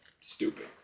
Stupid